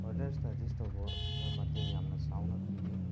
further ꯁ꯭ꯇꯗꯤꯁ ꯇꯧꯕꯗ ꯃꯇꯦꯡ ꯌꯥꯝꯅ ꯆꯥꯎꯅ ꯄꯤꯕꯤ